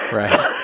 right